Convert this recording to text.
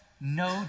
no